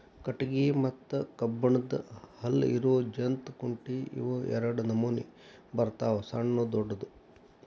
ಕಟಗಿ ಮತ್ತ ಕಬ್ಬನ್ದ್ ಹಲ್ಲ ಇರು ಜಂತ್ ಕುಂಟಿ ಇವ ಎರಡ ನಮೋನಿ ಬರ್ತಾವ ಸಣ್ಣು ದೊಡ್ಡು